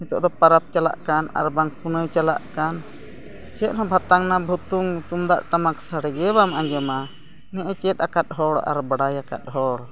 ᱱᱤᱛᱚᱜ ᱫᱚ ᱯᱚᱨᱚᱵᱽ ᱪᱟᱞᱟᱜ ᱠᱟᱱ ᱟᱨ ᱵᱟᱝ ᱯᱩᱱᱟᱹᱭ ᱪᱟᱞᱟᱜ ᱠᱟᱱ ᱪᱮᱫ ᱦᱚᱸ ᱵᱷᱟᱛᱟᱝ ᱱᱟ ᱵᱷᱩᱛᱩᱝ ᱛᱩᱢᱫᱟᱜ ᱴᱟᱢᱟᱠ ᱥᱟᱰᱮ ᱜᱮ ᱵᱟᱢ ᱟᱸᱡᱚᱢᱟ ᱱᱮᱜ ᱮ ᱪᱮᱫ ᱟᱠᱟᱫ ᱦᱚᱲ ᱟᱨ ᱵᱟᱰᱟᱭ ᱟᱠᱟᱫ ᱦᱚᱲ